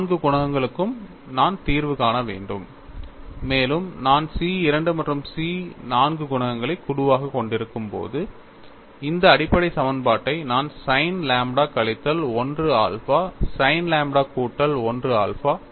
நான்கு குணகங்களுக்கும் நான் தீர்வு காண வேண்டும் மேலும் நான் C 2 மற்றும் C 4 குணகங்களை குழுவாகக் கொண்டிருக்கும்போது இந்த அடிப்படை சமன்பாட்டை நான் sin லாம்ப்டா கழித்தல் 1 ஆல்பா sin லாம்ப்டா கூட்டல் 1 ஆல்பா